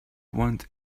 want